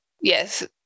yes